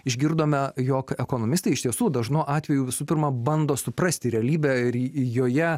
išgirdome jog ekonomistai iš tiesų dažnu atveju visų pirma bando suprasti realybę ir į į joje